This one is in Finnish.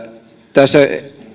tässä